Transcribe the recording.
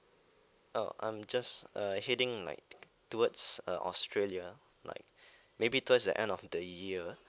oh I'm just uh heading like towards uh australia like maybe towards the end of the year